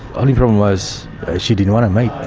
only problem was she didn't want to meet.